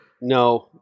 no